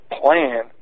plan